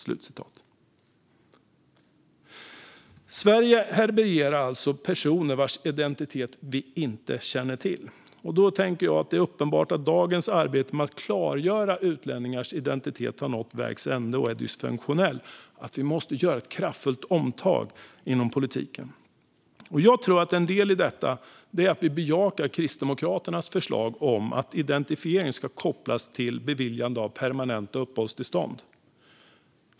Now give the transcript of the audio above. Sverige härbärgerar alltså personer vars identitet vi inte känner till. Det är uppenbart att dagens arbete med att klargöra utlänningars identitet har nått vägs ände och är dysfunktionellt. Vi måste göra ett kraftfullt omtag inom politiken. En del i detta kan vara att vi bejakar Kristdemokraternas förslag om att identifiering ska kopplas till beviljande av permanent uppehållstillstånd.